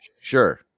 Sure